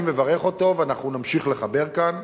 אני מברך אותו, ואנחנו נמשיך לחבר כאן.